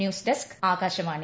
news desk Akashvani